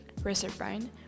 reserpine